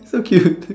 so cute